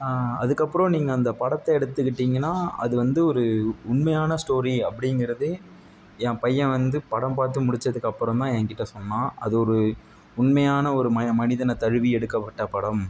அதுக்கப்புறம் நீங்கள் அந்த படத்தை எடுத்துக்கிட்டிங்கனால் அது வந்து ஒரு உண்மையான ஸ்டோரி அப்படிங்கிறதே என் பையன் வந்து படம் பார்த்து முடித்ததுக்கப்புறம் தான் என்கிட்ட சொன்னான் அது ஒரு உண்மையான ஒரு மனிதனை தழுவி எடுக்கப்பட்ட படம்